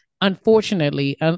unfortunately